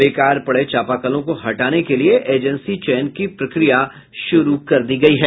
बेकार पड़े चापाकलों को हटाने के लिये एजेंसी चयन की प्रक्रिया शुरू कर दी गयी है